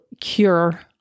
cure